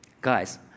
Guys